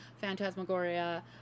Phantasmagoria